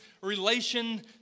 relation